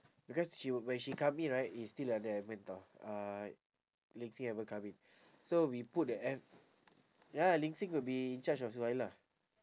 because she when she come in right is still like don't have mentor uh ling xin haven't come in so we put the and ya ling xin will be in charge of suhaila